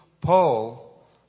paul